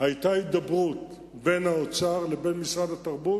היתה הידברות בין האוצר לבין משרד התרבות,